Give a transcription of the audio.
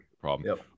problem